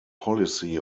policy